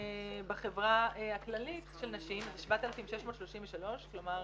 בחברה הכללית של נשים, 7633. כלומר,